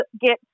get